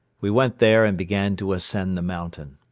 we went there and began to ascend the mountain.